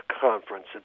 conference